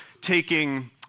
taking